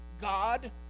God